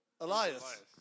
Elias